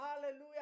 hallelujah